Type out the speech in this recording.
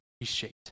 appreciate